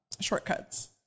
shortcuts